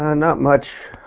and not much.